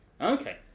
okay